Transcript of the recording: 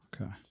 Okay